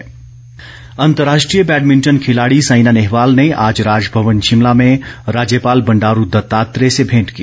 badminton अंतर्राष्ट्रीय badminton खिलाड़ी साइना नेहवाल ने आज राजभवन शिमला में राज्यपाल बंडारू दत्तात्रेय से भेंट की